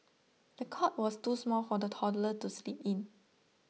the cot was too small for the toddler to sleep in